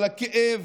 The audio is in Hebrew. אבל הכאב,